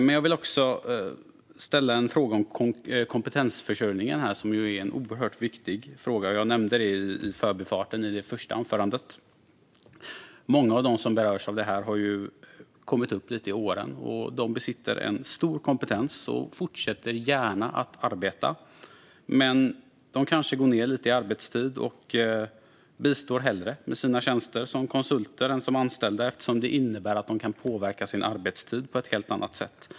Låt mig också ställa en fråga om kompetensförsörjningen, något som är mycket viktigt. Jag nämnde det som hastigast i mitt första anförande. Många av dem som berörs av detta har kommit upp i åren men besitter en stor kompetens och fortsätter gärna att arbeta. De vill kanske gå ned lite i arbetstid och bistår hellre med sina tjänster som konsulter än som anställda eftersom de då kan påverka sin arbetstid på ett helt annat sätt.